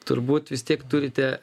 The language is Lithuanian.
turbūt vis tiek turite